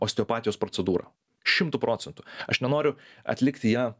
osteopatijos procedūrą šimtu procentų aš nenoriu atlikti ją